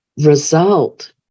result